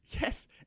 Yes